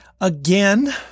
again